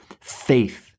faith